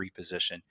reposition